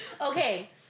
Okay